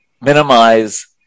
minimize